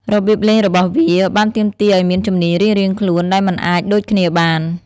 របៀបលេងរបស់វាបានទាមទារឱ្យមានជំនាញរៀងៗខ្លួនដែលមិនអាចដូចគ្នាបាន។